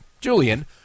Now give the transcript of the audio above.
Julian